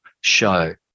show